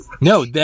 No